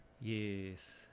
Yes